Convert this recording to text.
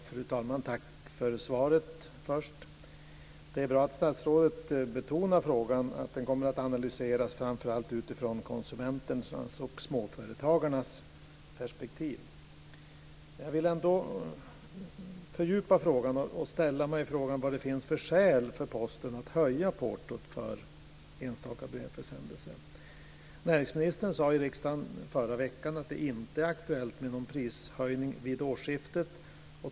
Fru talman! Först tackar jag för svaret. Det är bra att statsrådet betonar att frågan kommer att analyseras framför allt utifrån konsumenternas och småföretagarnas perspektiv. Men jag vill ändå fördjupa frågan och undra vad det finns för skäl för Posten att höja portot för enstaka brevförsändelser. Näringsministern sade i riksdagen i förra veckan att det inte är aktuellt med någon prishöjning vid årsskiftet.